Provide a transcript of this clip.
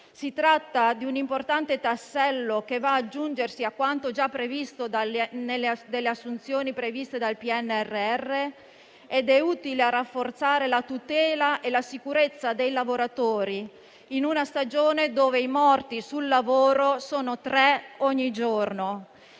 Si tratta di un importante tassello che va ad aggiungersi a quanto già previsto con le assunzioni previste dal PNRR e che è utile a rafforzare la tutela e la sicurezza dei lavoratori in una stagione in cui i morti sul lavoro sono tre ogni giorno.